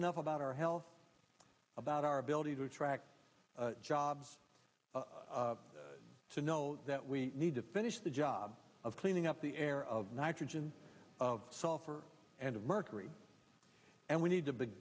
enough about our health about our ability to attract jobs to know that we need to finish the job of cleaning up the air of nitrogen of sulfur and mercury and we need to